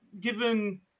given